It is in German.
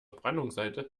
brandungsseite